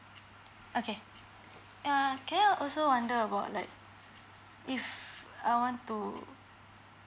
okay err can I also wonder about like if I want to